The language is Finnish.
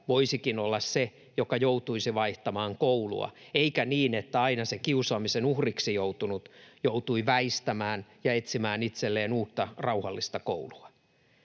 voisikin olla se, joka joutuisi vaihtamaan koulua, eikä niin, että aina se kiusaamisen uhriksi joutunut joutuu väistämään ja etsimään itselleen uutta rauhallista koulua.